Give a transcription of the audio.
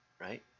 right